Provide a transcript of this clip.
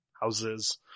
houses